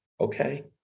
Okay